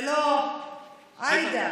לא עאידה,